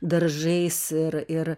daržais ir ir